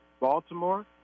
Baltimore